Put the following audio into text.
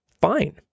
fine